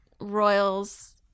royals